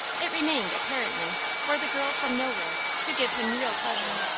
it remained, apparently, for the girl from nowhere to give him real pleasure.